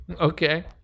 Okay